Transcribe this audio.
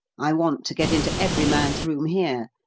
i want to get into every man's room here,